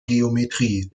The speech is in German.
geometrie